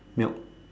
milk